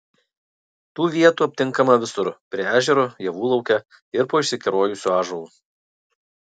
tų vietų aptinkama visur prie ežero javų lauke ir po išsikerojusiu ąžuolu